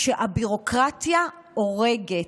שהביורוקרטיה הורגת.